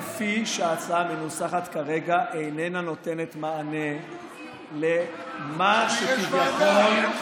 כפי שההצעה מנוסחת כרגע היא איננה נותנת מענה למה שכביכול,